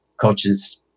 coaches